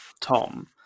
Tom